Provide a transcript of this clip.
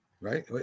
Right